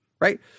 right